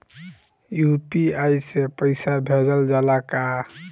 UPI से पईसा भेजल जाला का?